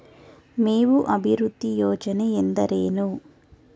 ಮೇವು ಅಭಿವೃದ್ಧಿ ಯೋಜನೆ ಎಂದರೇನು?